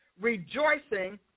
rejoicing